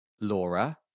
Laura